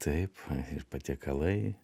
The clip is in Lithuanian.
taip ir patiekalai